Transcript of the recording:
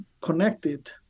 connected